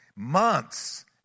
Months